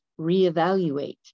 reevaluate